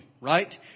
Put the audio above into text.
right